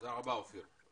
תודה רבה אופיר.